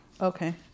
Okay